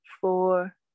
four